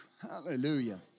Hallelujah